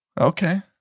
Okay